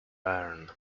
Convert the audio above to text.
learn